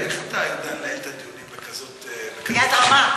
איך אתה יודע לנהל את הדיונים בכנסת, ביד רמה.